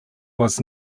was